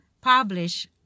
publish